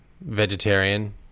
vegetarian